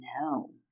No